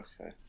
okay